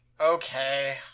Okay